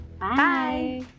Bye